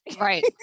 right